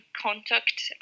contact